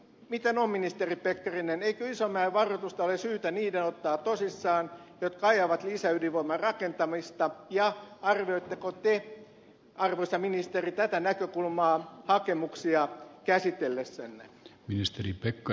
miten on ministeri pekkarinen eikö isomäen varoitusta ole syytä niiden ottaa tosissaan jotka ajavat lisäydinvoiman rakentamista ja arvioitteko te arvoisa ministeri tätä näkökulmaa hakemuksia käsitellessänne